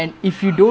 oh